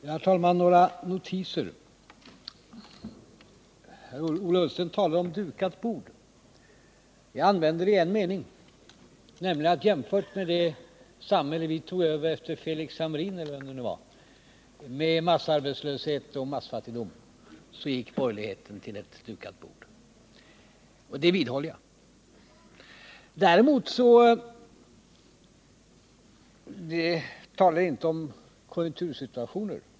Herr talman! Några anmärkningar. Ola Ullsten talade om ett dukat bord. Jag använde uttrycket i en mening. Jämfört med det samhälle som vi tog över efter Felix Hamrin eller vem det nu var, med massarbetslöshet och massfattigdom, gick borgerligheten till ett dukat bord. Det vidhåller jag. Däremot talade jag inte om konjunktursituationer.